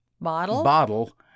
bottle